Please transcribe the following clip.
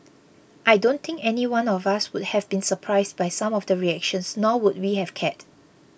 I don't think anyone of us would have been surprised by some of the reactions nor would we have cared